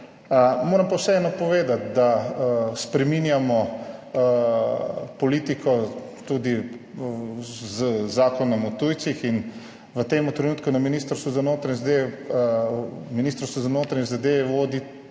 Moram pa vseeno povedati, da spreminjamo politiko tudi z Zakonom o tujcih. V tem trenutku Ministrstvo za notranje zadeve